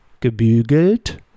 Gebügelt